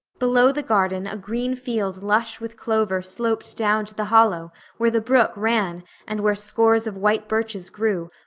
below the garden a green field lush with clover sloped down to the hollow where the brook ran and where scores of white birches grew,